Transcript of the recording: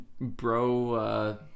bro